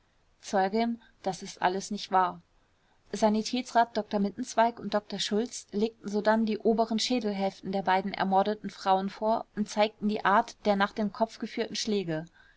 zeugin das ist alles nicht wahr sanitätsrat dr mittenzweig und dr schulz legten sodann die oberen schädelhälften der beiden ermordeten ten frauen vor und zeigten die art der nach dem kopf geführten schläge